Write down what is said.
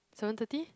seven thirty